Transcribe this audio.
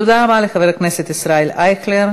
תודה רבה לחבר הכנסת ישראל אייכלר.